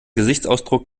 gesichtsausdruck